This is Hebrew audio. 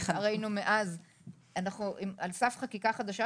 אנחנו על סף חקיקה חדשה,